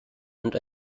und